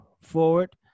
forward